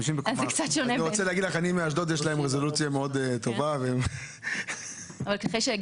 בחלק מהמקרים כן, ובחלק מהמקרים לא.